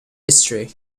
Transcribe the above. history